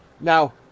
Now